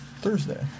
Thursday